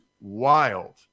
wild